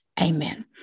Amen